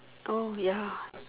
oh ya